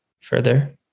further